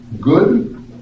Good